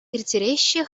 ирттереҫҫӗ